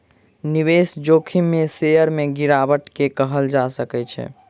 निवेश जोखिम में शेयर में गिरावट के कहल जा सकै छै